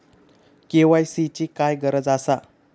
KYC ची काय गरज आसा?